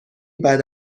بعد